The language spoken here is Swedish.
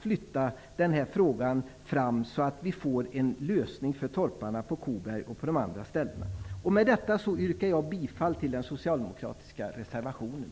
flyttar fram frågan så att det blir en lösning för bl.a. torparna på Koberg. Herr talman! Med detta yrkar jag bifall till den socialdemokratiska reservationen.